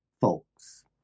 folks